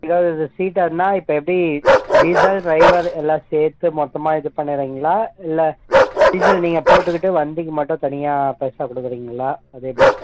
இருவது சீட்டாக இருந்தால் இப்போ எப்படி டீசல் ட்ரைவர் எல்லாம் சேர்த்து மொத்தமாக இது பண்ணிவிடுவீங்களா இல்லை டீசல் நீங்கள் போட்டுக்கிட்டு வண்டிக்கு மட்டும் தனியாக பைசா கொடுக்கறீங்களா அது எப்படி